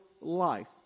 life